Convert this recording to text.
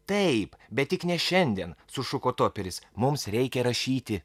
taip bet tik ne šiandien sušuko toperis mums reikia rašyti